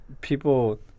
people